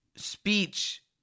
speech